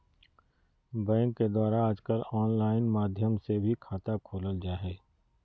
bank के द्वारा आजकल आनलाइन माध्यम से भी खाता खोलल जा हइ